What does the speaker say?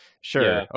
sure